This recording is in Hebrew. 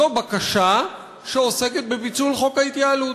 זו בקשה שעוסקת בפיצול חוק ההתייעלות,